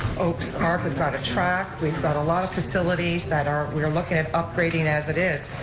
oakes park, we've got a track, we've got a lot of facilities that are, we are looking at upgrading as it is,